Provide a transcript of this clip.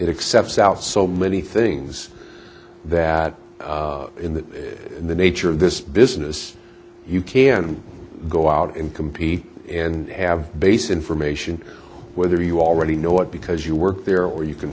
excepts out so many things that in the nature of this business you can go out and compete and have base information whether you already know it because you were there or you can